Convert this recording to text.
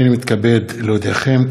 הנני מתכבד להודיעכם,